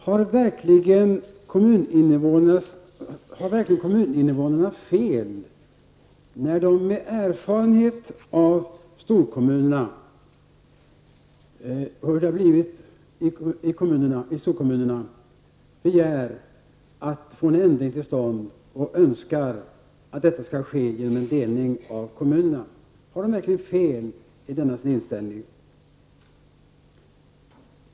Har verkligen kommuninvånarna fel när de, med erfarenhet av hur det har blivit i storkommunerna, begär att få en ändring till stånd och önskar att detta skall ske genom en delning av kommunerna? Har de verkligen fel i denna sin inställning?